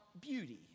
beauty